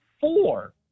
four